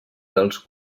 dels